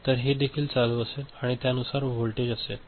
तर हे देखील चालू असेल आणि त्यानुसार हे व्होल्टेज असेल